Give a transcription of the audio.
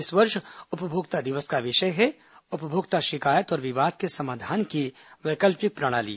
इस वर्ष उपभोक्ता दिवस का विषय है उपभोक्ता शिकायत और विवाद के समाधान की वैकल्पिक प्रणाली